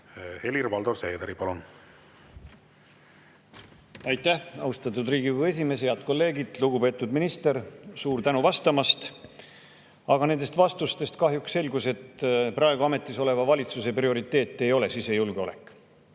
Kahjuks. Aitäh! Aitäh, austatud Riigikogu esimees! Head kolleegid! Lugupeetud minister, suur tänu vastamast! Aga nendest vastustest kahjuks selgus, et praegu ametis oleva valitsuse prioriteet ei ole sisejulgeolek.